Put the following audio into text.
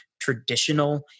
traditional